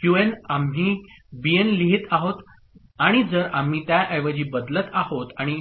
QN आम्ही BN लिहित आहोत आणि जर आम्ही त्याऐवजी बदलत आहोत आणि